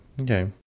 Okay